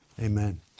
Amen